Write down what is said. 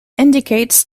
indicates